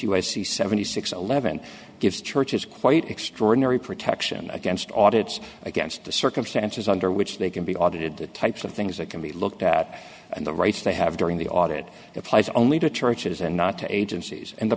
c seventy six eleven gives churches quite extraordinary protection against audits against the circumstances under which they can be audited the types of things that can be looked at and the rights they have during the audit applies only to churches and not to agencies and the